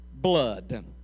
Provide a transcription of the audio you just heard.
blood